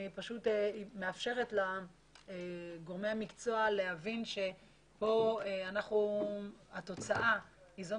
מאפשרת לגורמי המקצוע להבין שכאן התוצאה היא זו